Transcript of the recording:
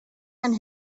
and